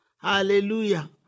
Hallelujah